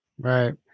Right